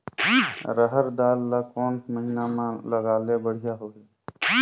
रहर दाल ला कोन महीना म लगाले बढ़िया होही?